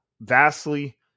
vastly